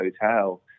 hotel